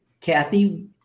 Kathy